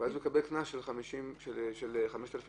ואז הוא מקבל קנס של 5,000 שקל.